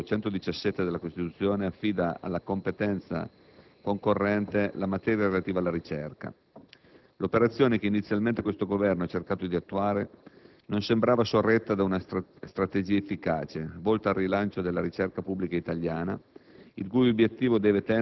dal momento che l'articolo 117 della Costituzione affida alla competenza concorrente la materia relativa alla ricerca. L'operazione che inizialmente questo Governo ha cercato di attuare non sembrava sorretta da una strategia efficace, volta al rilancio della ricerca pubblica italiana,